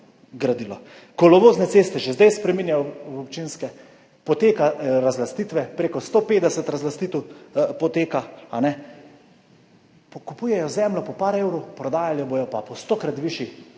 Kolovozne ceste že zdaj spreminjajo v občinske, potekajo razlastitve, prek 150 razlastitev, kupujejo zemljo po par evrov, prodajali jo bodo pa po 100-krat višji